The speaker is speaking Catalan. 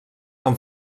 amb